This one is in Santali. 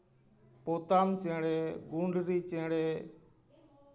ᱯᱚᱛᱟᱢ ᱪᱮᱬᱮ ᱜᱩᱸᱰᱨᱤ ᱪᱮᱬᱮ